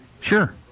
Sure